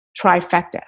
trifecta